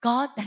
God